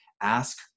ask